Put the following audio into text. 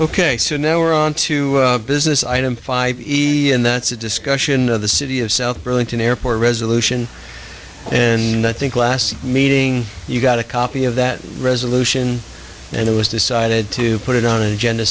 ok so now we're on to business item five either and that's a discussion of the city of south burlington airport resolution and i think last meeting you got a copy of that resolution and it was decided to put it on agend